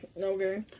Okay